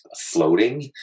floating